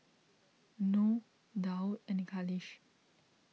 Nor Daud and Khalish